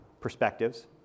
perspectives